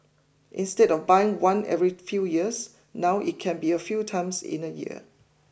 instead of buying one every few years now it can be a few times in a year